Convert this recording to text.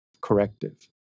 corrective